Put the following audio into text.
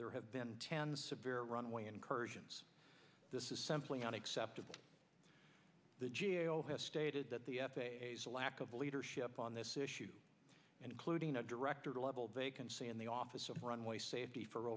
there have been tens of very runway incursions this is simply unacceptable the g a o has stated that the lack of leadership on this issue including a director level vacancy in the office of runway safety for